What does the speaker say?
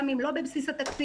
גם אם לא בבסיס התקציב,